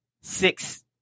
six